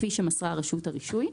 כפי שמסרה רשות הרישוי.